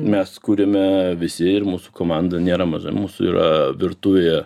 mes kuriame visi ir mūsų komanda nėra maža mūsų yra virtuvėje